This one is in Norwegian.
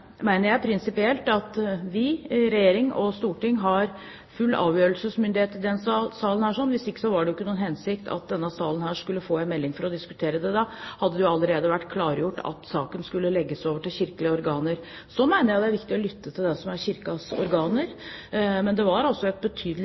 storting, har full avgjørelsesmyndighet i denne salen. Hvis ikke var det jo ikke noen hensikt at denne salen skulle få en melding for å diskutere det, da hadde det jo allerede vært klargjort at saken skulle legges over til kirkelige organer. Så mener jeg det er viktig å lytte til Kirkens organer. Men det var altså et betydelig